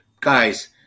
guys